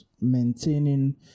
maintaining